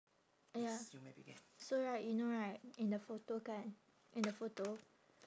ya so right you know right in the photo kan in the photo